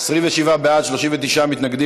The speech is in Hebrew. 27 בעד, 39 נגד.